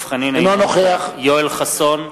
אינו נוכח יואל חסון,